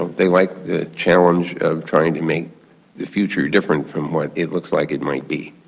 they like the challenge of trying to make the future different from what it looks like it might be.